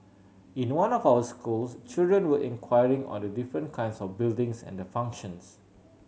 in one of our schools children were inquiring on the different kinds of buildings and their functions